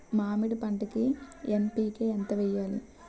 మామిడి పంటకి ఎన్.పీ.కే ఎంత వెయ్యాలి?